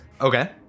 Okay